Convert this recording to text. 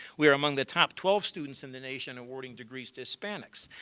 we are among the top twelve students in the nation awarding degrees to hispanics.